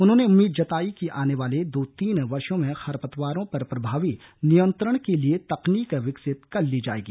उन्होंने उम्मीद जताई कि आने वाले दो तीन वर्षो में खरपतवारों पर प्रभावी नियंत्रण के लिए तकनीक विकसित कर लिए जाएगी